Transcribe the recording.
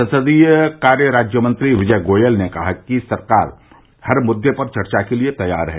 संसदीय कार्य राज्यमंत्री विजय गोयल ने कहा कि सरकार हर मुद्दे पर चर्चा के लिए तैयार है